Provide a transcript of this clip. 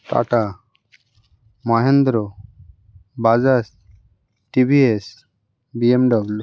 tata Mahindra Bajaj T V S B M W